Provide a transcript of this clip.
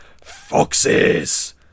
foxes